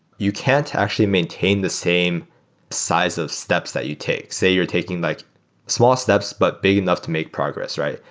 you can't actually maintain the same size of steps that you take. say you're taking like small steps, but big enough to make progress, right?